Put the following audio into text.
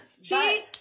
See